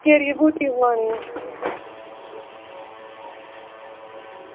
केह्ड़ियां गूटियां पोआनियां